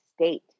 state